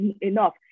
enough